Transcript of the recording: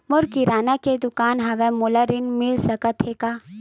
मोर किराना के दुकान हवय का मोला ऋण मिल सकथे का?